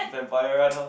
vampire run lor